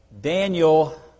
Daniel